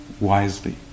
wisely